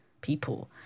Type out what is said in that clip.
people